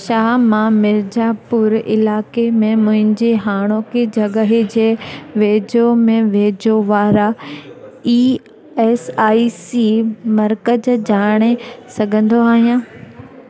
छा मां मिर्जापुर इलाइके में मुंहिंजे हाणोकी जॻहि जे वेझो में वेझो वारा ई एस आई सी मर्कज़ ॼाणे सघंदो आहियां